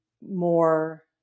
more